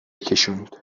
کشوند